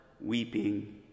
weeping